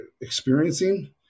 experiencing